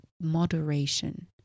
moderation